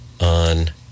on